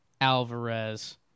Alvarez